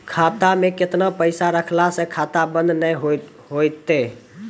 खाता मे केतना पैसा रखला से खाता बंद नैय होय तै?